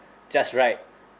just right